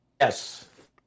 Yes